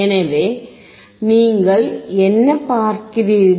எனவே நீங்கள் என்ன பார்க்கிறீர்கள்